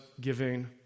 giving